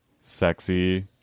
sexy